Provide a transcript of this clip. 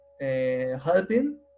helping